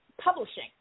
publishing